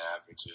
average